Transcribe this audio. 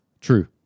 True